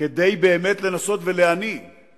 כדי באמת לנסות ולהניא את